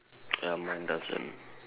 ya mine doesn't